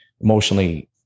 emotionally